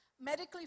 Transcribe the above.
medically